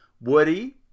woody